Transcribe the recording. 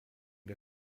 der